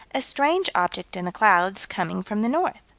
a strange object in the clouds, coming from the north.